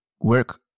work